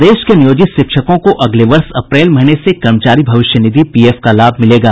प्रदेश के नियोजित शिक्षकों को अगले वर्ष अप्रैल महीने से कर्मचारी भविष्य निधि पीएफ का लाभ मिलेगा